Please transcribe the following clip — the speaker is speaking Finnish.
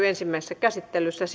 ensimmäisessä käsittelyssä